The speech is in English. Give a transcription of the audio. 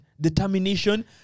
determination